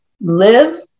live